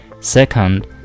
Second